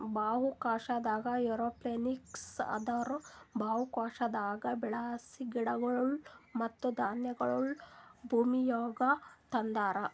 ಬಾಹ್ಯಾಕಾಶದಾಗ್ ಏರೋಪೋನಿಕ್ಸ್ ಅಂದುರ್ ಬಾಹ್ಯಾಕಾಶದಾಗ್ ಬೆಳಸ ಗಿಡಗೊಳ್ ಮತ್ತ ಧಾನ್ಯಗೊಳ್ ಭೂಮಿಮ್ಯಾಗ ತಂದಾರ್